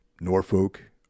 Norfolk